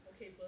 Okay